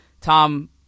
Tom